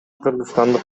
кыргызстандык